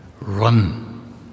Run